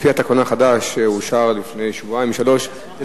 לפי התקנון החדש שאושר לפני שבועיים-שלושה,